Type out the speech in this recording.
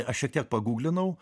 aš šiek tiek pagūglinau